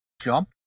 jump